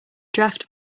draft